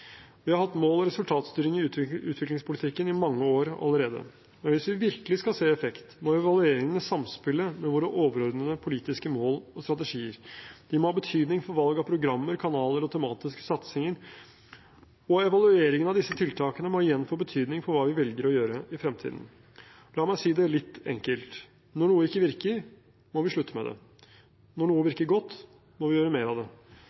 vi ikke kan, og skal, bli bedre. Vi har hatt mål- og resultatstyring i utviklingspolitikken i mange år allerede. Men hvis vi virkelig skal se effekt, må evalueringene samspille med våre overordnede politiske mål og strategier. De må ha betydning for valg av programmer, kanaler og tematiske satsinger. Og evalueringene av disse tiltakene må igjen få betydning for hva vi velger å gjøre i fremtiden. La meg si det litt enkelt: Når noe ikke virker, må vi slutte med det. Når noe virker godt, må vi gjøre mer av det.